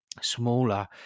smaller